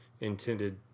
intended